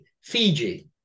Fiji